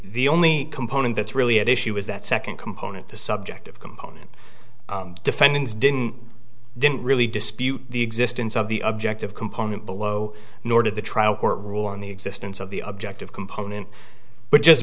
the only component that's really at issue is that second component the subjective component defendants didn't didn't really dispute the existence of the objective component below nor did the trial court rule on the existence of the objective component but just